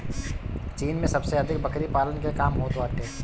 चीन में सबसे अधिक बकरी पालन के काम होत बाटे